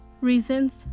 reasons